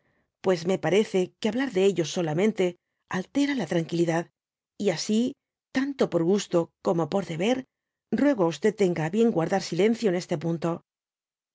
pues me parece que hablar de ello solamente altera la tranquilidad y asi tanto por gusto como por deber ruego á tenga á bien guardar silencio en este punto